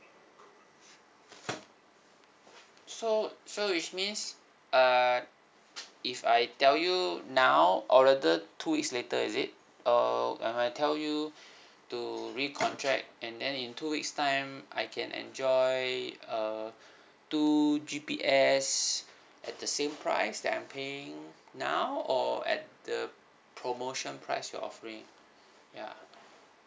so so which means uh if I tell you now or rather two weeks later is it uh I'm I tell you to recontract and then in two weeks time I can enjoy uh two G_P_S at the same price that I'm paying now or at the promotion price you're offering ya